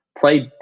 played